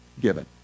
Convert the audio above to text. given